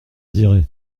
dirai